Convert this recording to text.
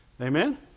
Amen